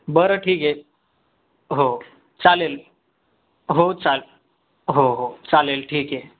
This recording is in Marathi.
बरं ठीक आहे हो चालेल हो चालेल हो हो चालेल ठीक आहे